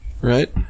Right